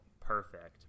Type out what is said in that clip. perfect